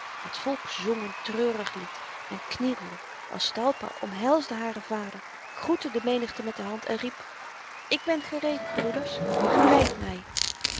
het volk zong een treurig lied men knielde aztalpa omhelsde haren vader groette de menigte met de hand en riep ik ben gereed broeders geleidt my